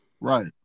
Right